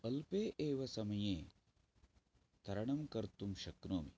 अल्पे एव समये तरणं कर्तुं शक्नोमि